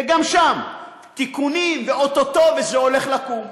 וגם שם: תיקונים, ואו-טו-טו וזה הולך לקום.